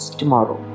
tomorrow